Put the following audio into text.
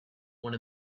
one